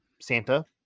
Santa